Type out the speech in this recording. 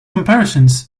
comparisons